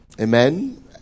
Amen